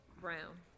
Brown